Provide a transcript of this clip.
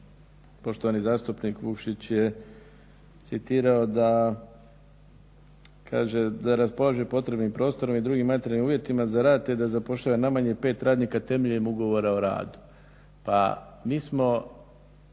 poštovani zastupnik Vukšić je citirao da raspolaže potrebnim prostorom i drugim materijalnim uvjetima za rad te da zapošljava najmanje pet radnika temeljem ugovora o radu. Pa mi smo